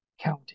county